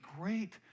great